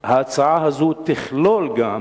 ההצעה הזאת תכלול גם